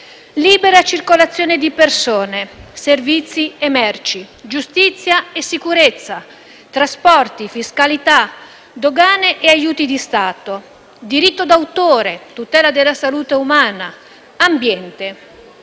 Libera circolazione di persone, servizi e merci; giustizia e sicurezza; trasporti, fiscalità dogane e aiuti di Stato; diritto d'autore; tutela della salute umana; ambiente.